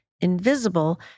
invisible